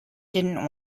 didn’t